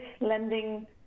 lending